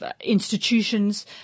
institutions